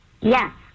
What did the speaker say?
Yes